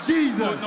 Jesus